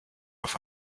auf